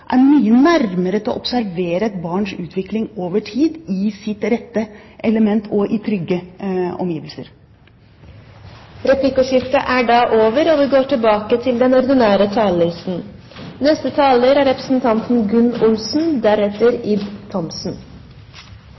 er mye nærmere til å observere et barns utvikling over tid, i sitt rette element og i trygge omgivelser. Replikkordskiftet er omme. Jeg er glad for at mine barnebarn slapp å stå i den barnehagekøen som mine barn måtte gjøre. Det som er